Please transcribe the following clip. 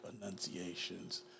enunciations